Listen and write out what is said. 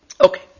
Okay